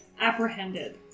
Apprehended